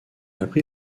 appris